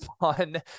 fun